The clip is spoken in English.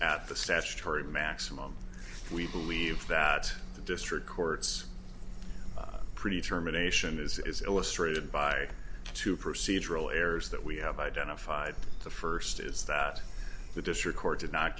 at the statutory maximum we believe that the district court's pretty germination is illustrated by two procedural errors that we have identified the first is that the district court did not